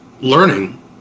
learning